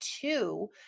two